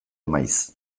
maiz